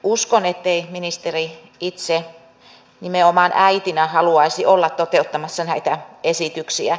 uskon ettei ministeri itse nimenomaan äitinä haluaisi olla toteuttamassa näitä esityksiä